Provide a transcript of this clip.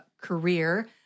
career